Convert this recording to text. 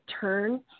turn